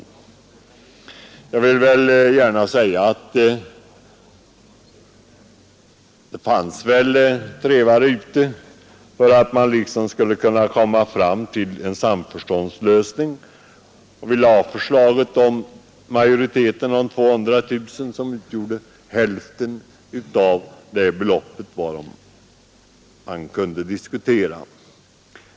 Jag vill gärna säga att det fanns trevare ute för att uppnå en samförståndslösning. Majoriteten lade fram förslaget om 200 000 kronor vilket utgjorde hälften av det belopp varom man kunde diskutera.